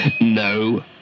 No